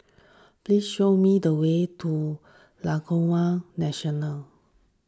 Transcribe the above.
please show me the way to Laguna National